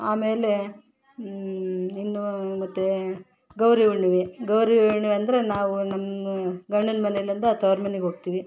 ಆಮೇಲೆ ಇನ್ನು ಮತ್ತೆ ಗೌರಿ ಹುಣ್ಣಿಮೆ ಗೌರಿಹುಣ್ಣಿಮೆ ಅಂದರೆ ನಾವು ನಮ್ಮ ಗಂಡನ ಮನೆಯಿಂದ ತವ್ರು ಮನಿಗೆ ಹೋಗ್ತೀವಿ